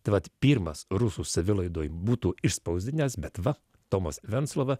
tai vat pirmas rusų savilaidoje būtų išspausdinęs bet va tomas venclova